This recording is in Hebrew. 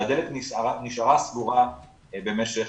והדלת נשארה סגורה במשך